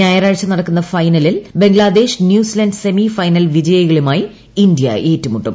ഞായറാഴ്ച നടക്കുന്ന ഫൈനലിൽ ബംഗ്ലാദേശ് ന്യൂസിലൻഡ് ക്സ്മിഫൈനൽ വിജയികളുമായി ഇന്ത്യ ഏറ്റുമുട്ടും